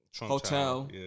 hotel